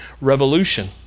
revolution